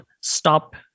stop